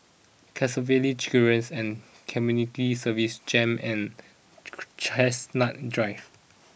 Canossaville chicken rings and Community Services Jem and Chestnut Drive